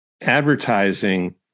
advertising